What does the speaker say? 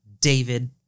David